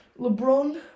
LeBron